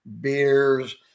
beers